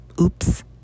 oops